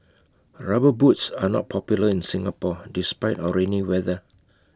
rubber boots are not popular in Singapore despite our rainy weather